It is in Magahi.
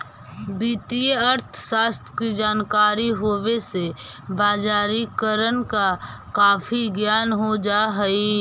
वित्तीय अर्थशास्त्र की जानकारी होवे से बजारिकरण का काफी ज्ञान हो जा हई